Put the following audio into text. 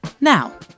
Now